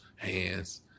hands